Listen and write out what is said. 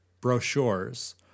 brochures